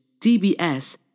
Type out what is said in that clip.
DBS